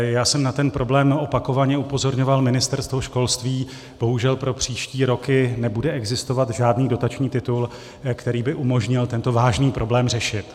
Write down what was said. Já jsem na ten problém opakovaně upozorňoval Ministerstvo školství, bohužel pro příští roky nebude existovat žádný dotační titul, který by umožnil tento vážný problém řešit.